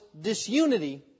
disunity